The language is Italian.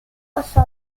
passò